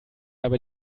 dabei